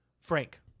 Frank